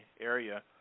area